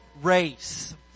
race